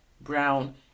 brown